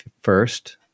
first